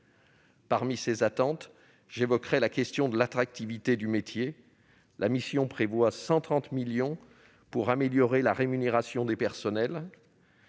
Parmi ces attentes, j'évoquerai la question de l'attractivité du métier. La mission prévoit 130 millions d'euros pour améliorer la rémunération des personnels.